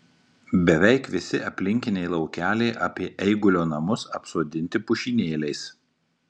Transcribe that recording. beveik visi aplinkiniai laukeliai apie eigulio namus apsodinti pušynėliais